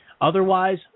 Otherwise